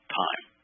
time